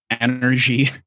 energy